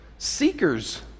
Seekers